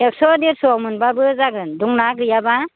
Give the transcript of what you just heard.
एक्स' देरस'आव मोनबाबो जागोन दंना गैयाबा